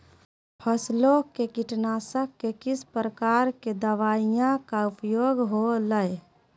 फसलों के कीटनाशक के किस प्रकार के दवाइयों का उपयोग हो ला?